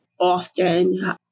often